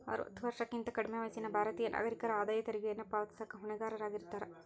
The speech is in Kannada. ಅರವತ್ತ ವರ್ಷಕ್ಕಿಂತ ಕಡ್ಮಿ ವಯಸ್ಸಿನ ಭಾರತೇಯ ನಾಗರಿಕರ ಆದಾಯ ತೆರಿಗೆಯನ್ನ ಪಾವತಿಸಕ ಹೊಣೆಗಾರರಾಗಿರ್ತಾರ